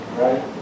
Right